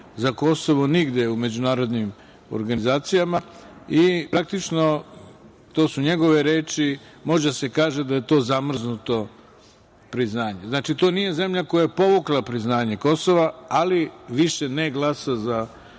za Kosovo nigde u međunarodnim organizacijama. Praktično, to su njegove reči, može da se kaže da je to zamrznuto priznanje. Znači, to nije zemlja koja je povukla priznanje Kosova, ali više ne glasa za Kosovo. Tako